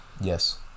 yes